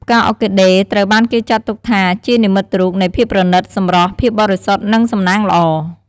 ផ្កាអ័រគីដេត្រូវបានគេចាត់ទុកថាជានិមិត្តរូបនៃ ភាពប្រណីត សម្រស់ ភាពបរិសុទ្ធ និង សំណាងល្អ។